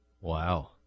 Wow